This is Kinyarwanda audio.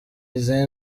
izi